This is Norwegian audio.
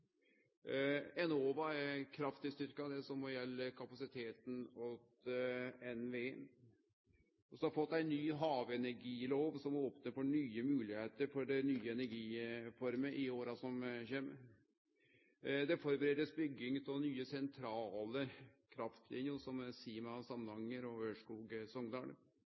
Enova er kraftig styrkt. Det same gjeld kapasiteten til NVE. Vi har fått ei ny havenergilov, som opnar for nye moglegheiter for nye energiformer i åra som kjem. Det blir førebudd bygging av nye sentrale kraftliner, som Sima–Samnanger og